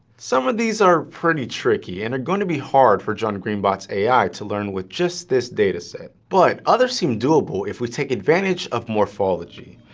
some of these are pretty tricky and are going to be too hard for john-green-bot's ai to learn with just this dataset but others seem doable if we take advantage of morphology.